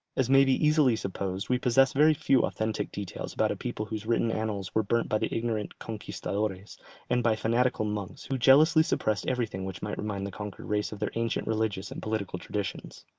as may be easily supposed, we possess very few authentic details about a people whose written annals were burnt by the ignorant conquistadores and by fanatical monks, who jealously suppressed everything which might remind the conquered race of their ancient religious and political traditions.